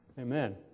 Amen